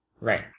Right